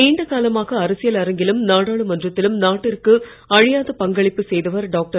நீண்ட காலமாக அரசியல் அரங்கிலும் நாடாளுமன்றத்திலும் நாட்டிற்கு அழியாத பங்களிப்பு செய்தவர் டாக்டர்